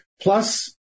plus